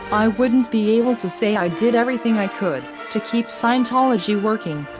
i wouldn't be able to say i did everything i could, to keep scientology working,